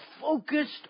focused